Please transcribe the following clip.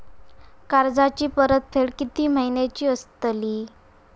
कर्जाची परतफेड कीती महिन्याची असतली?